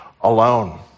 alone